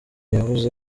yahunze